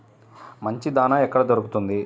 మంచి దాణా ఎక్కడ దొరుకుతుంది?